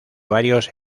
varios